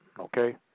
Okay